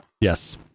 Yes